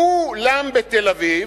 כו-לם בתל-אביב,